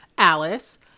Alice